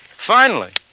finally,